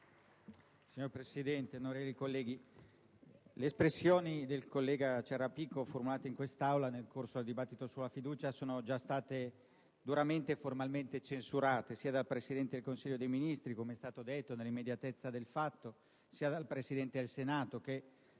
Signor Presidente, onorevoli colleghi, le espressioni del senatore Ciarrapico formulate in quest'Aula nel corso della discussione sulla fiducia sono già state duramente e formalmente censurate, sia dal Presidente del Consiglio dei ministri, come è stato detto, nell'immediatezza del fatto, sia dal Presidente del Senato, che